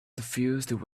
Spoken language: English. suffused